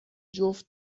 جفت